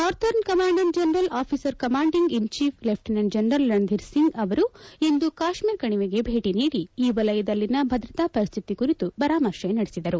northern ಕಮಾಂಡ್ನ general officer commanding in chief lieutenant general Randhir Singh ಅವರು ಇಂದು ಕಾಶ್ಮೀರ ಕಣಿವೆಗೆ ಭೇಟಿ ನೀಡಿ ಈ ವಲಯದಲ್ಲಿನ ಭದ್ರತಾ ಪರಿಸ್ಹಿತಿ ಕುರಿತು ಪರಾಮರ್ಶೆ ನಡೆಸಿದರು